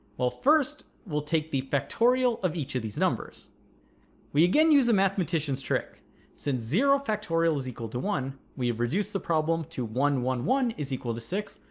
well first we'll take the factorial of each of these numbers we again use a mathematician's trick since zero factorial is equal to one we have reduced the problem to one one one is equal to six,